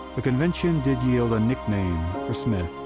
the convention did yield a nickname for smith,